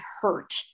hurt